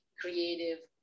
creative